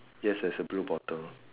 yes there's a blue bottle